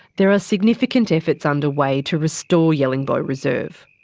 there are significant efforts underway to restore yellingbo reserve.